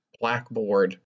blackboard